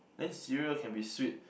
then cereal can be sweet